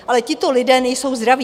Ale tito lidé nejsou zdraví.